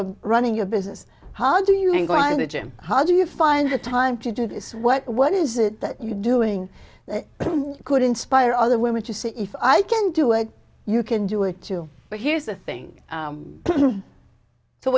are running a business how do you england the gym how do you find the time to do this what what is it that you doing could inspire other women to see if i can do it you can do it too but here's the thing